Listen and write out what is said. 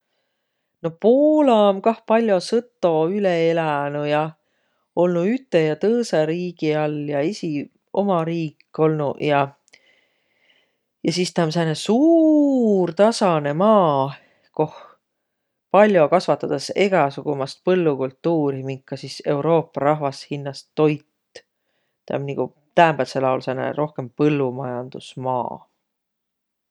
No Poola om kah pall'o sõto üle elänüq ja, olnuq üte ja tõõsõ riigi all ja esiq uma riik onuq ja. Ja sis taa om sääne suur, tasanõ maa, koh pall'o kasvatõdas egäsugust põllukultuuri, minka sis Euruupa rahvas hinnäst toit. Tä om nigu täämbätsel aol nigu rohkõmb põllumajandusmaa.